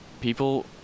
people